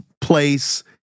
place